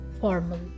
formal